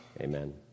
Amen